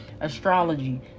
astrology